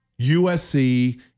USC